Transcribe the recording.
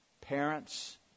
parents